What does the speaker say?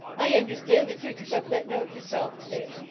i understand that you took up that note yourself to-day.